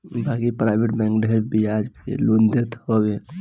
बाकी private bank ढेर बियाज पअ लोन देत हवे